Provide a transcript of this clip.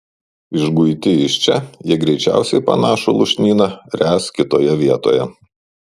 išguiti iš čia jie greičiausiai panašų lūšnyną ręs kitoje vietoje